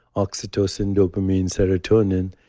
oxytocin, dopamine, serotonin,